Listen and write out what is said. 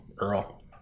Earl